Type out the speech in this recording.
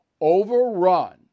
overrun